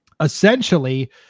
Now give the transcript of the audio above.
essentially